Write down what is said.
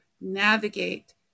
navigate